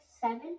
seven